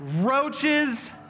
Roaches